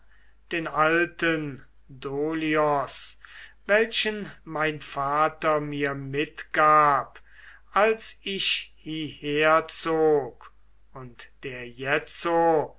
den alten dolios welchen mein vater mir mitgab als ich hieherzog und der jetzo